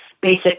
basic